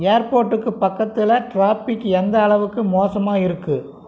ஏர்போர்ட்டுக்கு பக்கத்தில் டிராபிக் எந்த அளவுக்கு மோசமாக இருக்குது